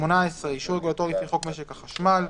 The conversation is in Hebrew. (18)אישור רגולטורי לפי חוק משק החשמל,